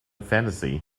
fantasy